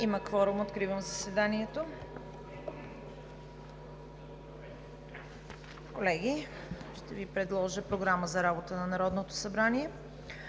Има кворум. Откривам заседанието. Колеги, ще Ви предложа Програма за работа на Народното събрание